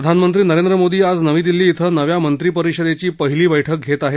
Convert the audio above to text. प्रधानमंत्री नरेंद्र मोदी आज नवी दिल्ली श्री नव्या मंत्री परिषदेची पहिली बैठक घेणार आहेत